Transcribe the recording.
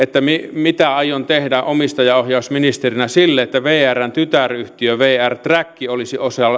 mitä aion tehdä omistajaohjausministerinä sille että vrn tytäryhtiö vr track olisi